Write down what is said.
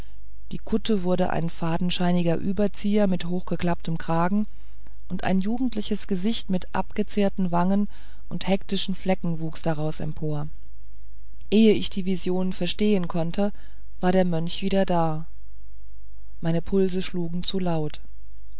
die kutte wurde ein fadenscheiniger überzieher mit hochgeklapptem kragen und ein jugendliches gesicht mit abgezehrten wangen und hektischen flecken wuchs daraus empor ehe ich die vision verstehen konnte war der mönch wieder da meine pulse schlugen zu laut